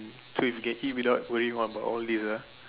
so if we can eat without worrying about all these ah